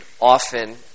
often